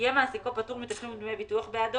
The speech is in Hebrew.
יהיה מעסיקו פטור מתשלום דמי ביטוח בעדו